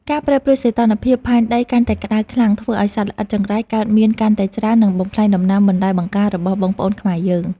ការប្រែប្រួលសីតុណ្ហភាពផែនដីកាន់តែក្តៅខ្លាំងធ្វើឱ្យសត្វល្អិតចង្រៃកើតមានកាន់តែច្រើន និងបំផ្លាញដំណាំបន្លែបង្ការរបស់បងប្អូនខ្មែរយើង។